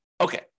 Okay